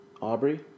Aubrey